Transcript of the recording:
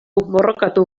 borrokatu